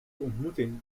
ontmoeting